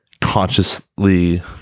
consciously